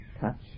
touch